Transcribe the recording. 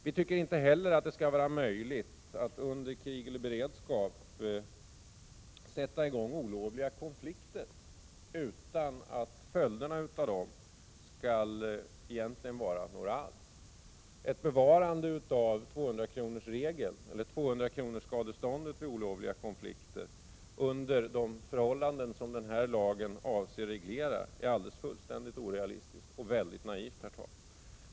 Vi tycker inte heller det skall vara möjligt att under krig eller beredskap sätta i gång olovliga konflikter utan att följderna av dessa egentligen inte skall vara några alls. Ett bevarande av tvåhundrakronorsskadeståndet vid olovliga konflikter under sådana förhållanden som den här lagen avser reglera är fullständigt orealistiskt och väldigt naivt.